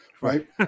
right